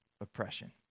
oppression